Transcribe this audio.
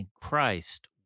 Christ